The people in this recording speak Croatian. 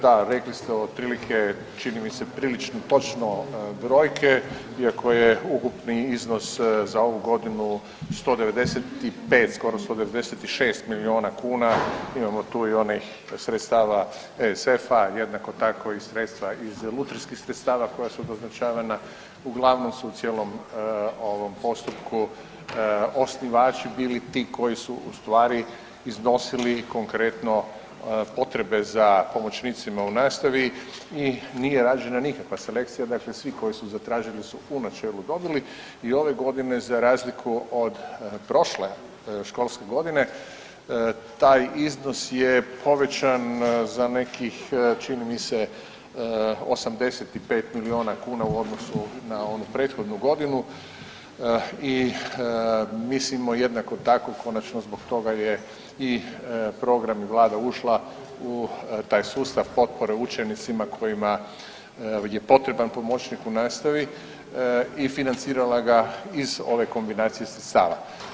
Da, rekli ste otprilike čini mi se prilično točno brojke iako je ukupni iznos za ovu godinu 195 skoro 196 milijuna kuna, imam tu i onih sredstava ESF-a, a jednako tako sredstva iz lutrijskih sredstava koja su doznačavana uglavnom su u ovom cijelom postupku osnivači bili ti koji su ustvari iznosili konkretno potrebe za pomoćnicima u nastavi i nije rađena nikakva selekcija, dakle koji su zatražili su u načelu dobili i ove godine za razliku od prošle školske godine taj iznos je povećan za nekih čini mi se 85 milijuna kuna u odnosu na onu prethodnu godinu i mislimo jednako tako i konačno zbog toga je i program i Vlada ušla u taj sustav potpore učenicima kojima je potreban pomoćnik u nastavi i financirala ga iz ove kombinacije sredstava.